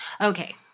Okay